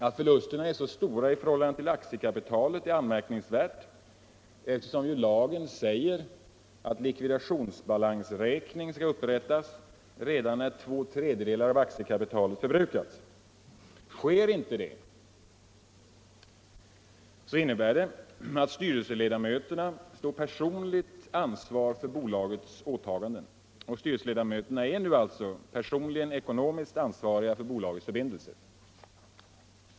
Att förlusterna är så stora i förhållande till aktiekapitalet är anmärkningsvärt, eftersom lagen säger att likvidationsbalansräkning skall upprättas redan när två tredjedelar av aktiekapitalet förbrukats. Sker inte det, innebär det att styrelseledamöterna står personligt ansvar för bolagets åtaganden. Styrelseledamöterna är nu alltså personligen ekonomiskt ansvariga för bolagets förbindelser.